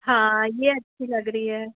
हाँ ये अच्छी लग रही है